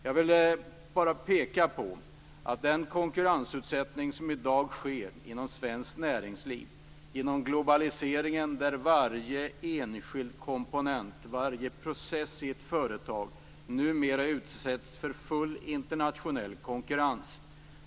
Jag vill bara peka på den konkurrensutsättning som i dag sker inom svenskt näringsliv och inom globaliseringen där varje enskild komponent och varje process i ett företag numera utsätts för full internationell konkurrens.